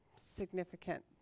significant